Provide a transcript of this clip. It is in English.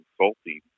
consulting